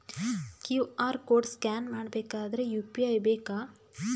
QR code scan ಮಾಡಬೇಕಾದರೆ UPI ಬೇಕಾ?